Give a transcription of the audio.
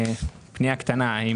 זאת פנייה קטנה.